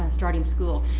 and starting school.